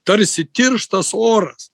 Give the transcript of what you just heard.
tarsi tirštas oras